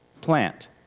plant